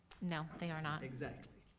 no, they are not. exactly.